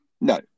No